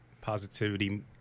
positivity